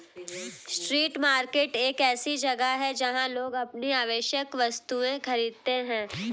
street market एक ऐसी जगह है जहां लोग अपनी आवश्यक वस्तुएं खरीदते हैं